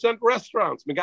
restaurants